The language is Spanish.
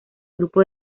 grupo